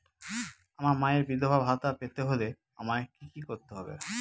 আমার মায়ের বিধবা ভাতা পেতে হলে আমায় কি কি করতে হবে?